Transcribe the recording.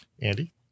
andy